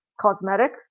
cosmetic